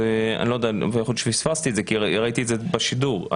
יכול להיות שפספסתי את זה כי ראיתי את זה בשידור.